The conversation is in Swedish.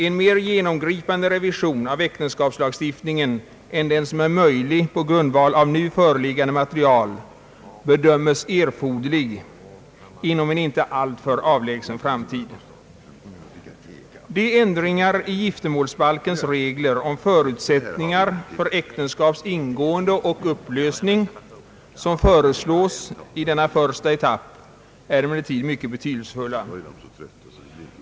En mer genomgripande revision av äktenskapslagstiftningen än den som är möjlig på grundval av nu föreliggande material bedömes erforderlig inom en inte alltför avlägsen framtid. De ändringar i giftermålsbalkens regler om förutsättningar för äktenskaps ingående och upplösning som föreslås i denna första etapp är emellertid mycket betydelsefulla.